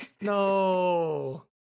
No